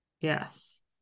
Yes